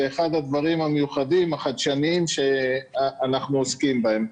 זה אחד הדברים המיוחדים והחדשניים שאנחנו עוסקים בהם.